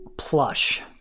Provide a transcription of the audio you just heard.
plush